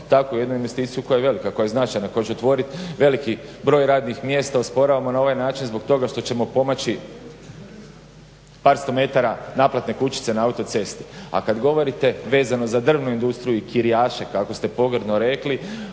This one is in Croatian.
takvu jednu investiciju koja je velika, koja je značajna, koja će otvoriti veliki broj radnih mjesta osporavamo na ovaj način zbog toga što ćemo pomoći par sto metara naplatne kućice na autocesti. A kad govorite vezano za drvnu industriju i kirijaše kako ste pogrdno rekli,